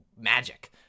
magic